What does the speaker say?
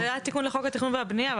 זה היה תיקון לחוק התכנון והבנייה,